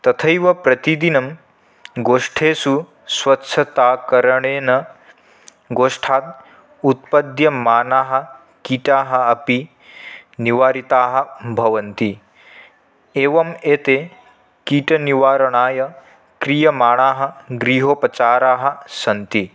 तथैव प्रतिदिनं गोष्ठेषु स्वच्छताकरणेन गोष्ठात् उत्पद्यमानाः कीटाः अपि निवारिताः भवन्ति एवम् एते कीटनिवारणाय क्रियमाणाः गृहोपचाराः सन्ति